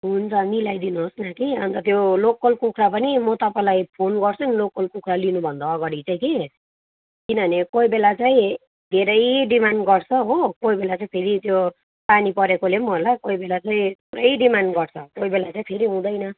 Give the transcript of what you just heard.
हुन्छ मिलाइदिनु होस् न कि अन्त त्यो लोकल कुखुरा पनि म तपाईँलाई फोन गर्छु नि लोकल कुखुरा लिनुभन्दा अगाडि चाहिँ कि किनभने कोही बेला चाहिँ धेरै डिमान्ड गर्छ हो कोही बेला चाहिँ फेरि त्यो पानी परेकोले पनि होला कोही बेला चाहिँ पुरै डिमान्ड गर्छ कोही बेला चाहिँ फेरि हुँदैन